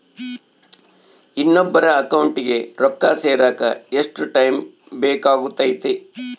ಇನ್ನೊಬ್ಬರ ಅಕೌಂಟಿಗೆ ರೊಕ್ಕ ಸೇರಕ ಎಷ್ಟು ಟೈಮ್ ಬೇಕಾಗುತೈತಿ?